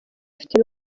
ufite